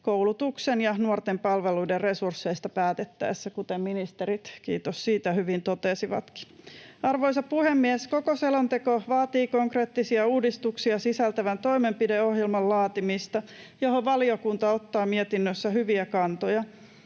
koulutuksen ja nuorten palveluiden resursseista päätettäessä, kuten ministerit, kiitos siitä, hyvin totesivatkin. Arvoisa puhemies! Koko selonteko vaatii konkreettisia uudistuksia sisältävän toimenpideohjelman laatimista, johon valiokunta ottaa mietinnössä hyviä kantoja.